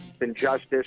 injustice